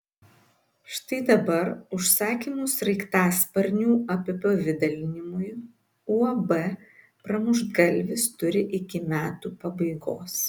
štai dabar užsakymų sraigtasparnių apipavidalinimui uab pramuštgalvis turi iki metų pabaigos